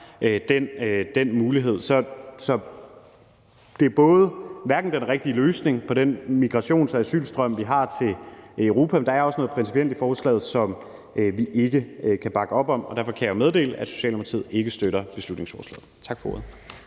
den mulighed. Så det er ikke den rigtige løsning på den migrations- og asylstrøm, vi har i Europa, også fordi der er noget principielt i forslaget, som vi ikke kan bakke op om, og derfor kan jeg meddele, at Socialdemokratiet ikke støtter beslutningsforslaget. Tak for ordet.